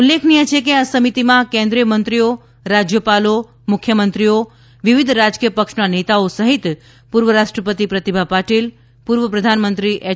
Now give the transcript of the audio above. ઉલ્લેખનિય છે કે આ સમિતિમાં કેન્દ્રીય મંત્રીઓ રાજ્યપાલો મુખ્યમંત્રીઓ વિવિધ રાજકીય પક્ષના નેતાઓ સહિત પૂર્વ રાષ્ટ્રપતિ પ્રતિભા પાટીલ પૂર્વ પ્રધાનમંત્રી એચ